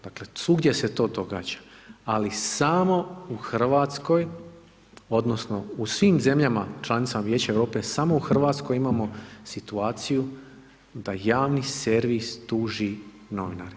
Dakle svugdje se to događa ali samo u Hrvatskoj odnosno u svim zemljama članicama Vijeća Europe, samo u Hrvatskoj imamo situaciju da javni servis tuži novinare.